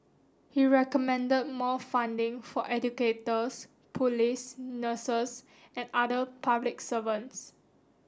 he recommended more funding for educators police nurses and other public servants